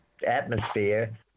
atmosphere